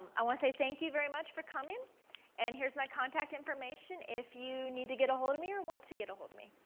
i want to say thank you very much for coming and here's my contact information if you need to get hold of me or want to get hold of me.